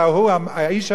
האיש המאמין,